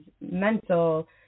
mental